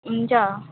हुन्छ